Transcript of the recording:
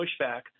pushback